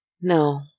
No